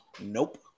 Nope